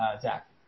Zach